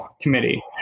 committee